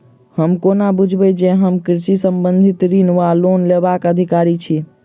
हम कोना बुझबै जे हम कृषि संबंधित ऋण वा लोन लेबाक अधिकारी छी?